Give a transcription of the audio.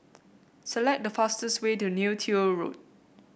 select the fastest way to Neo Tiew Road